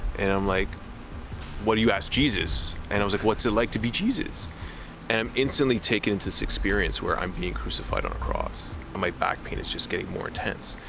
and i'm like what do you ask jesus and i was if what's it like to be jesus and i'm instantly taken into this experience where i'm being crucified on a cross my back pain is just getting more intense,